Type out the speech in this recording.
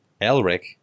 Elric